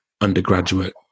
undergraduate